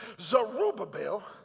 Zerubbabel